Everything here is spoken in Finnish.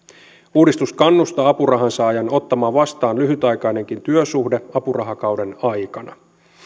uudistus kannustaa apurahansaajan ottamaan vastaan lyhytaikaisenkin työsuhteen apurahakauden aikana